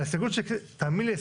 האמן לי,